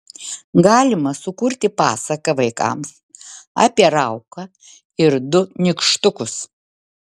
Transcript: galima sukurti pasaką vaikams apie rauką ir du nykštukus